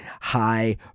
high